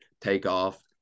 takeoff